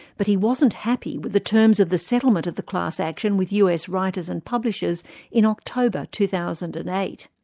but he wasn't happy with the terms of the settlement of the class action with us writers and publishers in october, two thousand and eight.